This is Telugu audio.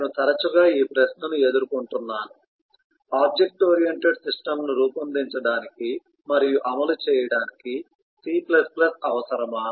నేను తరచుగా ఈ ప్రశ్నను ఎదుర్కొంటున్నాను ఆబ్జెక్ట్ ఓరియెంటెడ్ సిస్టమ్ను రూపొందించడానికి మరియు అమలు చేయడానికి C అవసరమా